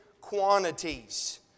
quantities